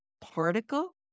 particle